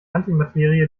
antimaterie